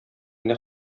генә